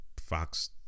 Fox